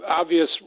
obvious